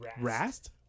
Rast